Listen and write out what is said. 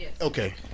Okay